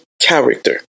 character